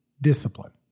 discipline